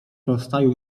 rozstaju